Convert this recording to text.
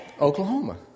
Oklahoma